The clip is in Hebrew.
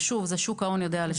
ושוב, את זה שוק ההון יודעת לשקף.